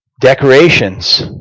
decorations